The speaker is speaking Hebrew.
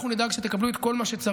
אנחנו נדאג שתקבלו את כל מה שצריך.